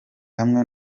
hamwe